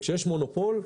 כשיש מונופול,